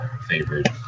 favorite